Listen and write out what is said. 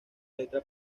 letra